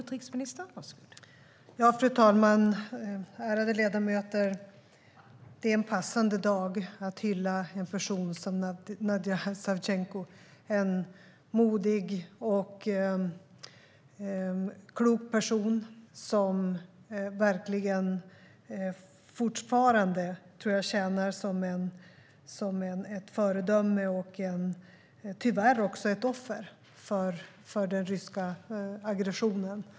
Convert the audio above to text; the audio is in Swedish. Fru talman och ärade ledamöter! Det är en passande dag att hylla en person som Nadija Savtjenko. Hon är en modig och klok person som verkligen fortfarande tjänar som ett föredöme och tyvärr också är ett offer för den ryska aggressionen.